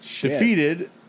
Defeated